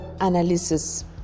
analysis